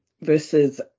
versus